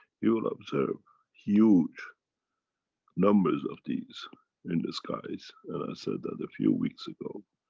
you will observe huge numbers of these in the skies and i said that a few weeks ago.